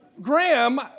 Graham